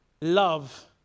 love